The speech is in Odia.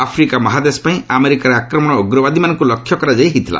ଆଫ୍ରିକା ମହାଦେଶ ପାଇଁ ଆମେରିକାର ଆକ୍ରମଣ ଉଗ୍ରବାଦୀମାନଙ୍କୁ ଲକ୍ଷ୍ୟ କରାଯାଇ ହୋଇଥିଲା